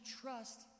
trust